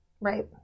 Right